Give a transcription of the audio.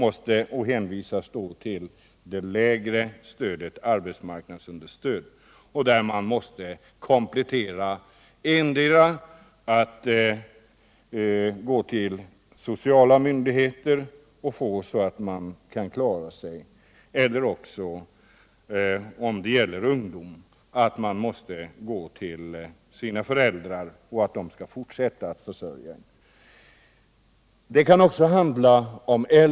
De är hänvisade till det lägre stödet, kontant arbetsmarknadsstöd. Detta måste kompletteras endera genom bidrag från sociala myndigheter eller när det gäller ungdomar genom att föräldrarna träder in och fortsätter att bidra till deras försörjning.